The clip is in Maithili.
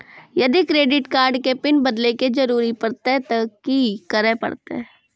यदि क्रेडिट कार्ड के पिन बदले के जरूरी परतै ते की करे परतै?